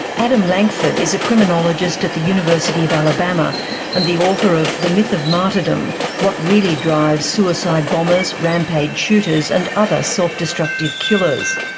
adam lankford is a criminologist at the university of alabama and the author of the myth of martyrdom what really drives suicide bombers, rampage shooters, and other self-destructive killers.